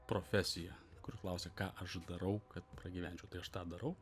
profesija kur klausia ką aš darau kad pragyvenčiau tai aš tą darau